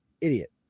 Idiot